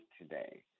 today